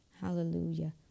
hallelujah